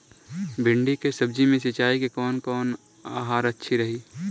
भिंडी के सब्जी मे सिचाई के कौन प्रकार अच्छा रही?